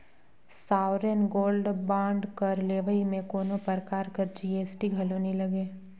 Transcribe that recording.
sovereign gold bond कर लेवई में कोनो परकार कर जी.एस.टी घलो नी लगे